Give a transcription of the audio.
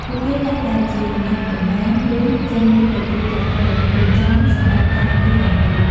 ពួកគេតែងតែជាអ្នកតំណាង ឬ ចេញមុខទទួលខុសត្រូវ និងរៀបចំសម្រាប់កម្មវិធីទាំងមូល។